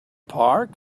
park